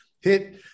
hit